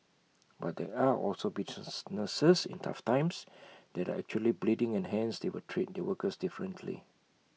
but there are also businesses in tough times that are actually bleeding and hence they would treat their workers differently